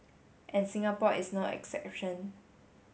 and Singapore is no exception